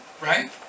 Right